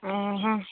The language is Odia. ହଁ ହଁ